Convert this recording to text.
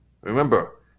Remember